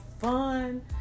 fun